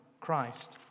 Christ